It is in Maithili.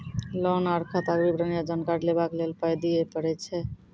लोन आर खाताक विवरण या जानकारी लेबाक लेल पाय दिये पड़ै छै?